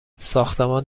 ساختمان